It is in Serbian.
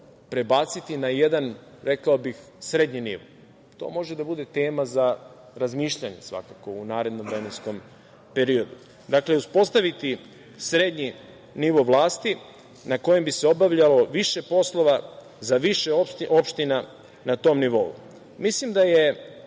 prebaciti na jedan, rekao bih, srednji nivo. To može da bude tema za razmišljanje svakako u narednom vremenskom periodu. Dakle, uspostaviti srednji nivo vlasti na kojem bi se obavljalo više poslova za više opština na tom nivou. Mislim da je